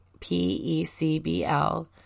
PECBL